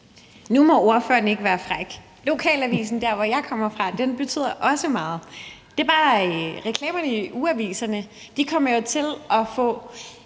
Nu må ordføreren ikke være fræk. Lokalavisen, hvor jeg kommer fra, betyder også meget. Reklamerne i ugeaviserne kommer jo til at få